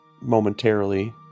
momentarily